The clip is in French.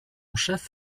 chef